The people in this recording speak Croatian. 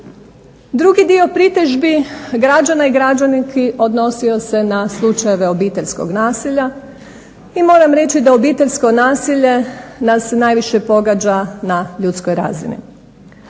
Drugi dio pritužbi građana i građanki odnosi se na slučajeve obiteljskog nasilja i moram reći da obiteljsko nasilje nas najviše pogađa na ljudskoj razini.